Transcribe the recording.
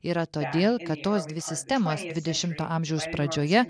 yra todėl kad tos dvi sistemos dvidešimto amžiaus pradžioje